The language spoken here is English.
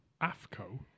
AFCO